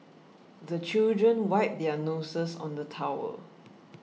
the children wipe their noses on the towel